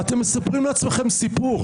אתם מספרים לכם סיפור.